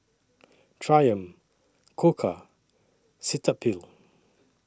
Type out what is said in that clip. Triumph Koka and Cetaphil